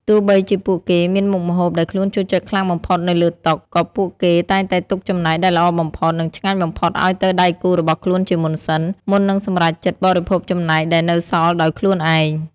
ទោះបីជាពួកគេមានមុខម្ហូបដែលខ្លួនចូលចិត្តខ្លាំងបំផុតនៅលើតុ ក៏ពួកគេតែងតែទុកចំណែកដែលល្អបំផុត និងឆ្ងាញ់បំផុតឱ្យទៅដៃគូរបស់ខ្លួនជាមុនសិន មុននឹងសម្រេចចិត្តបរិភោគចំណែកដែលនៅសល់ដោយខ្លួនឯង។